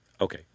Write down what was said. Okay